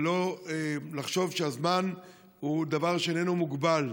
ולא לחשוב שהזמן הוא דבר שאינו מוגבל.